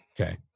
Okay